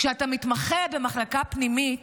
כשאתה מתמחה במחלקה פנימית,